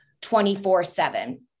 24-7